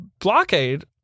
blockade